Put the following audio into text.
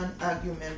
argument